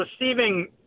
receiving